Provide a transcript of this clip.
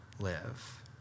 live